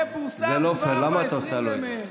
זה לא פייר, למה את עושה לו את זה?